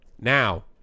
Now